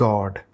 God